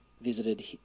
visited